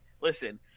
Listen